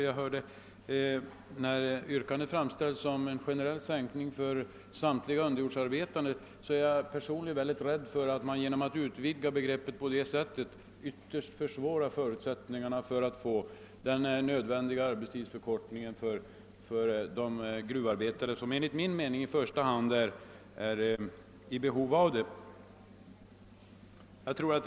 Fru Marklund yrkar ju på en generell sänkning av arbetstiden för samtliga underjordsarbetande, men jag är rädd för att en sådan utvidgning av begreppet kommer att minska förutsättningarna för den nödvändiga arbetstidsförkortningen för de gruvarbetare som enligt min mening i första hand har behov av en sådan.